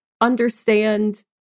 understand